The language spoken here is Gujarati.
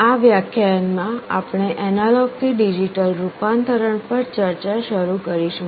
આ વ્યાખ્યાનમાં આપણે એનાલોગથી ડિજિટલ રૂપાંતરણ પર ચર્ચા શરૂ કરીશું